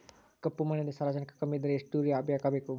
ಕಪ್ಪು ಮಣ್ಣಿನಲ್ಲಿ ಸಾರಜನಕ ಕಮ್ಮಿ ಇದ್ದರೆ ಎಷ್ಟು ಯೂರಿಯಾ ಹಾಕಬೇಕು?